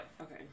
Okay